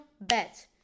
bet